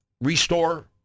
restore